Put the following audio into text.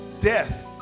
death